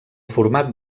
format